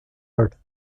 art